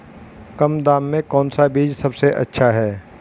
कम दाम में कौन सा बीज सबसे अच्छा है?